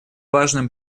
важным